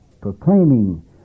proclaiming